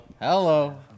hello